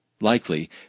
Likely